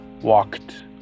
walked